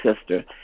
sister